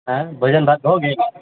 भोजन भात भए गेल